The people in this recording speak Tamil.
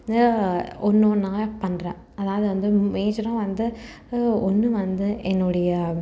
ஒன்று ஒன்றா பண்ணுறேன் அதாவது வந்து மேஜராக வந்து ஒன்று வந்து என்னுடைய